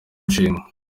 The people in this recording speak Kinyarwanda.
nshinga